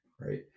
right